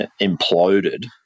imploded